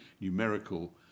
numerical